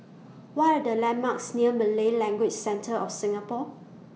What Are The landmarks near Malay Language Centre of Singapore